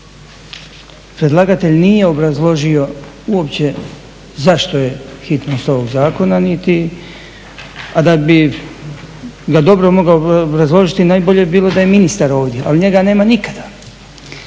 Predlagatelj nije obrazložio uopće zašto je hitnost ovog zakona niti, a da bi ga dobro mogao obrazložiti najbolje bi bilo da je ministar ovdje, ali njega nema nikada.